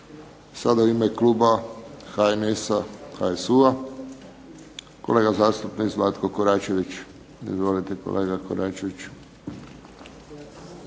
Sada u ime kluba HNS-a, HSU-a kolega zastupnik Zlatko Koračević. Izvolite kolega Koračeviću.